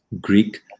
Greek